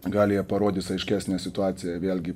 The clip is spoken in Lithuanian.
gal jie parodys aiškesnę situaciją vėlgi